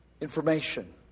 information